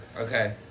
Okay